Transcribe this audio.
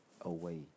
away